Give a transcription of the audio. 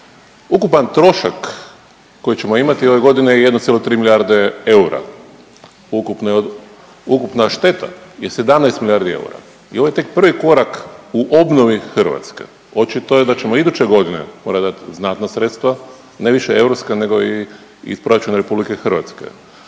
Ukupan trošak koji ćemo imati ove godine je 1,3 milijarde eura. Ukupno je od, ukupna šteta je 17 milijardi eura i ovo je tek prvi korak u obnovi Hrvatske. Očito je da ćemo iduće godine morati dat znatna sredstva, ne više europska nego i iz proračuna RH.